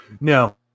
no